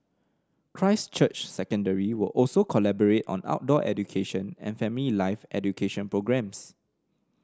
Christ Church Secondary will also collaborate on outdoor education and family life education programmes